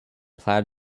plaid